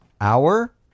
Hour